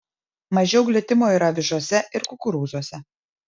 mažiau glitimo yra avižose ir kukurūzuose